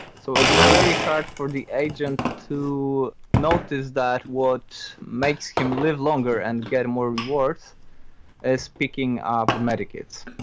so it's very hard for the agent to notice that what makes him live longer and get more rewards is picking up the med kits.